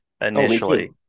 initially